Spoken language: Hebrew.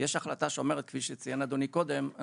כפי שציין אדוני קודם,